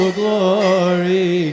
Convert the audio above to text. glory